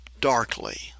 darkly